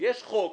יש חוק,